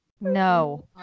No